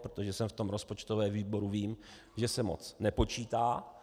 Protože jsem v rozpočtovém výboru, vím, že se moc nepočítá.